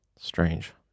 strange